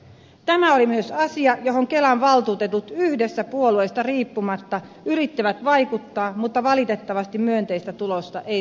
tämä oli myös asia johon kelan valtuutetut yhdessä puolueista riippumatta yrittivät vaikuttaa mutta valitettavasti myönteistä tulosta ei saatu aikaan